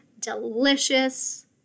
delicious